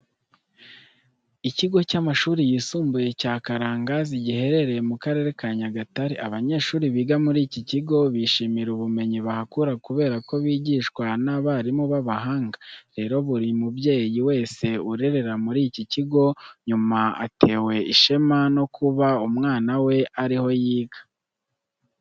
Ikigo cy'amashuri yisumbuye cya Karangazi giherereye mu Karere ka Nyagatare. Abanyeshuri biga muri iki kigo bishimira ubumenyi bahakura kubera ko bigishwa n'abarimu b'abahanga. Rero buri mubyeyi wese urerera muri iki kigo yumva atewe ishema no kuba umwana we ari ho yiga.